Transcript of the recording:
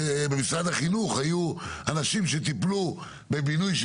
במשרד החינוך היו אנשים שטיפלו בבינוי של